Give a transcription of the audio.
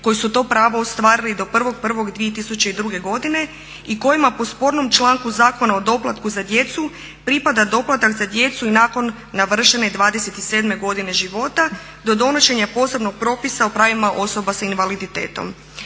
koji su to pravo ostvarili do 1.1.2002. godine i kojima po spornom članku Zakona o doplatku za djecu pripada doplatak za djecu i nakon navršene 27 godine života do donošenja posebnog propisa o pravima osoba sa invaliditetom.